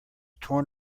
torn